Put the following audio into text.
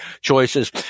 choices